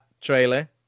trailer